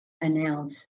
announce